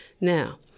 now